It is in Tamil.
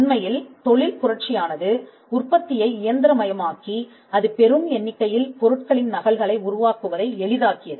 உண்மையில் தொழில் புரட்சியானது உற்பத்தியை இயந்திரமயமாக்கி அதுபெரும் எண்ணிக்கையில் பொருட்களின் நகல்களை உருவாக்குவதை எளிதாக்கியது